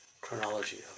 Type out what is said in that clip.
chronology